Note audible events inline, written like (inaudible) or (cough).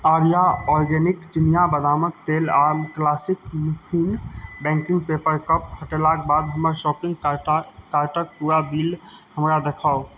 आर्या organic चिनिया बदामक तेल आओर classic muffin baking paper cup हटेलाक बाद हमर शॉपिंग (unintelligible) कार्टक पूरा बिल हमरा देखाउ